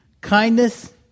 kindness